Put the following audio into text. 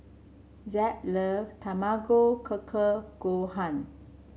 Zeb love Tamago Kake Gohan